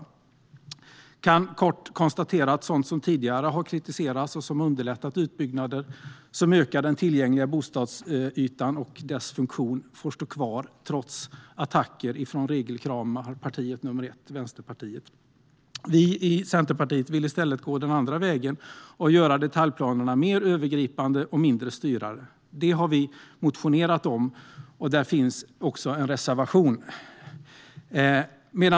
Jag kan kort konstatera att sådant som tidigare har kritiserats, och som underlättat utbyggnader som ökar den tillgängliga bostadsytan och dess funktion, får stå kvar, trots attacker från regelkramarpartiet nummer ett - Vänsterpartiet. Vi i Centerpartiet vill i stället gå den andra vägen och göra detaljplanerna mer övergripande och mindre styrande. Det har vi motionerat om, och vi har också en reservation om detta.